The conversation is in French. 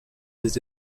des